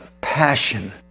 passion